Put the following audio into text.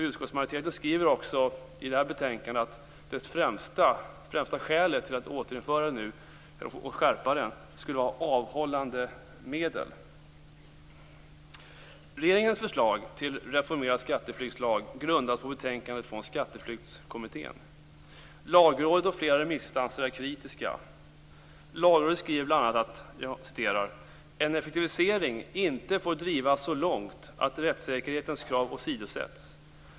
Utskottsmajoriteten skriver i detta betänkande att det främsta skälet till ett återinförande nu och till en skärpning skulle vara att det är ett avhållande medel. Regeringens förslag till en reformerad skatteflyktslag grundas på Skatteflyktskommitténs betänkande. Lagrådet och flera remissinstanser är kritiska. Lagrådet skriver bl.a. att "en effektivisering inte får drivas så långt att rättssäkerhetens krav åsidosätts.